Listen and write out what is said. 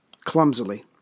clumsily